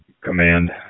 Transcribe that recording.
Command